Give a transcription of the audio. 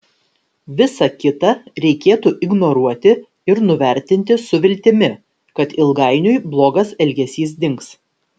visa kita reikėtų ignoruoti ir nuvertinti su viltimi kad ilgainiui blogas elgesys dings